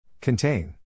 Contain